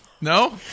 No